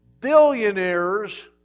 billionaires